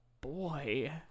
boy